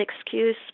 excuse